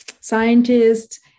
scientists